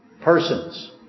Persons